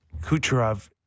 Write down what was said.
Kucherov